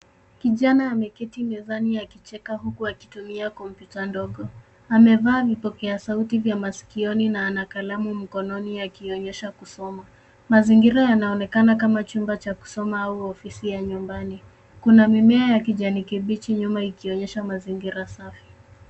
Kijana ameketi mezani akicheka huku akitumia kompyuta ndogo. Amevaa vipokea sauti vya masikioni na ana kalamu mkononi akionyesha kusoma. Mazingira yanaonekana kama chumba cha kulala au ofisi ya nyumbani. Kuna mimea ya kijani kibichi nyuma ikionyesha mazingira safi.